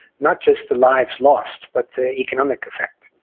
not just the lives lost, but the economic effect.